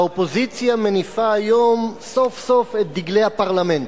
האופוזיציה מניפה היום סוף-סוף את דגלי הפרלמנט.